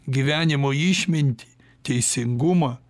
gyvenimo išmintį teisingumą